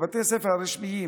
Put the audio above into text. בבתי הספר הרשמיים.